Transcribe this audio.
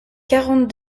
quarante